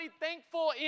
thankful